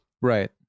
Right